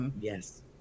Yes